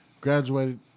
graduated